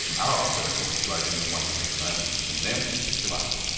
our umbilical flowed in one direction only from them to us.